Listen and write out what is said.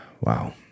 Wow